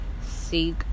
seek